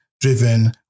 driven